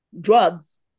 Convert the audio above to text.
drugs